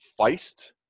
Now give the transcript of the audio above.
Feist